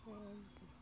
ওই